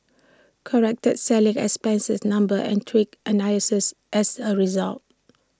corrected selling expenses numbers and tweaked analyses as A result